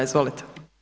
Izvolite.